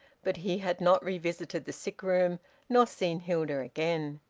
but he had not revisited the sick-room nor seen hilda again.